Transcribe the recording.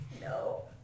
No